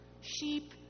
sheep